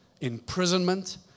imprisonment